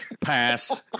Pass